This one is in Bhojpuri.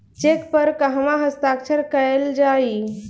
चेक पर कहवा हस्ताक्षर कैल जाइ?